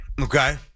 Okay